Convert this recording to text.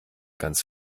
ganz